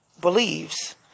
believes